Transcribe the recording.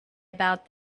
about